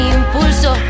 impulso